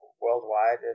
worldwide